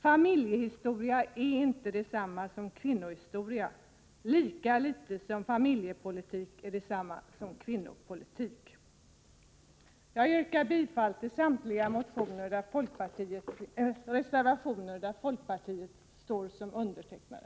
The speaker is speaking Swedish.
Familjehistoria är inte detsamma som kvinnohistoria lika litet som familjepolitik är detsamma som kvinnopolitik. Jag yrkar bifall till samtliga reservationer som folkpartiet står bakom.